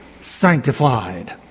sanctified